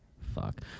Fuck